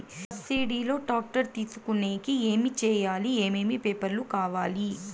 Subsidy లో tractor తీసుకొనేకి ఏమి చేయాలి? ఏమేమి పేపర్లు కావాలి?